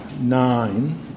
nine